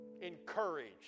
encouraged